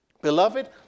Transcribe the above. Beloved